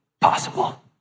possible